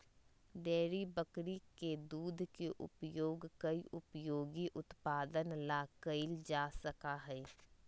dairy बकरी के दूध के उपयोग कई उपयोगी उत्पादन ला कइल जा सका हई